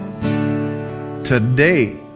today